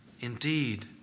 indeed